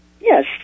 Yes